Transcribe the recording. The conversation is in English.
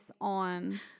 on